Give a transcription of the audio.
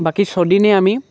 বাকী ছদিনে আমি